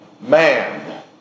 man